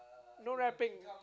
no rapping